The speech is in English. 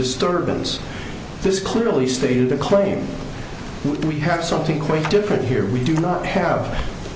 disturbance this clearly stated the claim we had something quite different here we do not have